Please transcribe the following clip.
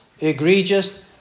egregious